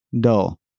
Dull